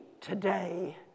today